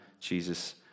Jesus